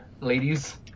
ladies